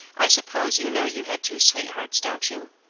i suppose you know you had two sweethearts, don't you?